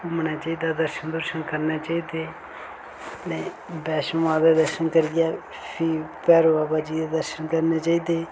घूमना चाहिदा दर्शन दुर्शन करने चाहिदे ते वैष्णो माता दे दर्शन करियै फ्ही भैरो बाबा जी दे दर्शन करने चाहिदे